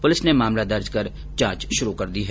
police ने मामला दर्ज कर जांच शुरू कर दी है